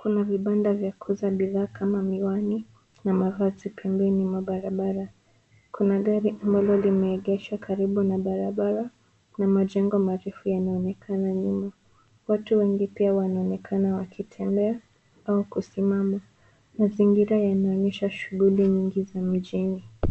Kuna vibanda vya kuza bidhaa kama miwani na mavazi pembeni mwa barabara kuna gari ambalo limeegeshwa karibu na barabara na majengo marefu yanayoonekana nyuma. Watu wengi pia wanaonekana wakitembea au kusimama. Mazingira yanaonyeshaa shughuli nyingi za mjini.